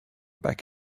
back